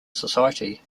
society